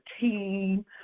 team